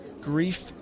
Grief